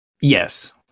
Yes